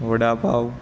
vada pav